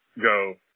go